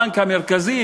הבנק המרכזי,